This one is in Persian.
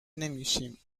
نمیشیم